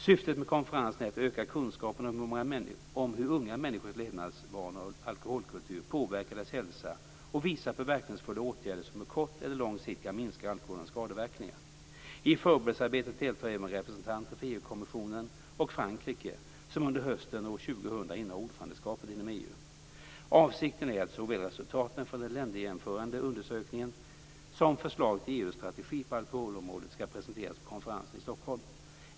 Syftet med konferensen är att öka kunskapen om hur unga människors levnadsvanor och alkoholkultur påverkar deras hälsa och visa på verkningsfulla åtgärder som på kort eller lång sikt kan minska alkoholens skadeverkningar. I förberedelsearbetet deltar även representanter från EU-kommissionen och Frankrike som under hösten år 2000 innehar ordförandeskapet inom EU. Avsikten är att såväl resultaten från den länderjämförande undersökningen som förslag till EU strategi på alkoholområdet skall presenteras på konferensen i Stockholm.